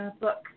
book